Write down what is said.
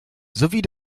sowie